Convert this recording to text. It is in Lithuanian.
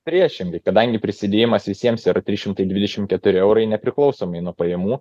priešingai kadangi prisidėjimas visiems yra trys šimtai dvidešimt keturi eurai nepriklausomai nuo pajamų